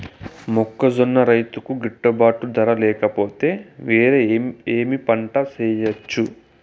మొక్కజొన్న రైతుకు గిట్టుబాటు ధర లేక పోతే, వేరే ఏమి పంట వెయ్యొచ్చు?